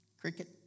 Cricket